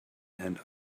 and